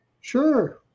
Sure